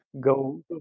go